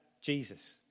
Jesus